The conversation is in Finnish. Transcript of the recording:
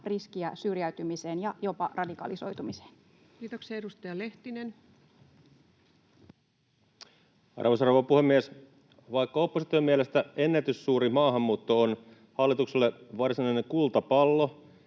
riskiä syrjäytymiseen ja jopa radikalisoitumiseen. Kiitoksia. — Edustaja Lehtinen. Arvoisa rouva puhemies! Vaikka opposition mielestä ennätyssuuri maahanmuutto on hallitukselle varsinainen kultapallo,